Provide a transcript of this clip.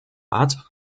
art